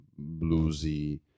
bluesy